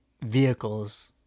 vehicles